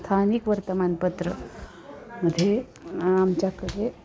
स्थानिक वर्तमानपत्रमध्ये आमच्याकडे